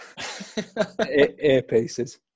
earpieces